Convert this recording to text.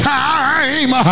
time